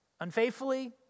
unfaithfully